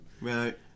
Right